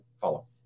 follow